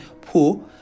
poor